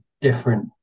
different